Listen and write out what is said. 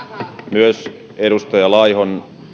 myös edustaja laihon